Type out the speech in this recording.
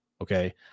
Okay